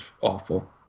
awful